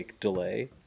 delay